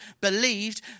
believed